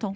dans